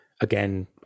Again